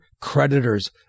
creditors